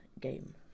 game